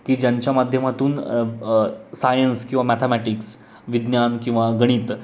की ज्यांच्या माध्यमातून सायन्स किंवा मॅथॅमॅटिक्स विज्ञान किंवा गणित